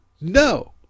No